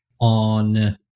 on